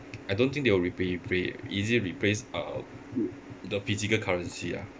I don't think they will re~ re~ easily replace uh the physical currency lah